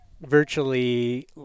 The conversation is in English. virtually